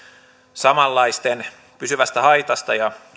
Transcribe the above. samanlaisten pysyvästä haitasta ja